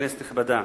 כנסת נכבדה,